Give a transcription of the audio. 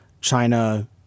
China